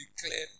declared